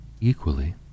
Equally